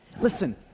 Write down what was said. Listen